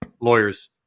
lawyers